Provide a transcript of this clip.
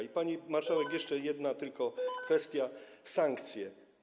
I, pani marszałek, jeszcze jedna tylko kwestia - sankcje.